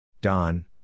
Don